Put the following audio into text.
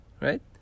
right